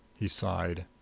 he sighed.